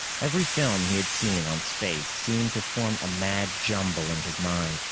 every film he had seen on space seemed to form a mad jumble in his mind,